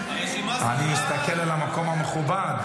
אני מסתכל על המקום המכובד,